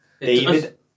David